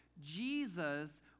Jesus